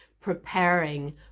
preparing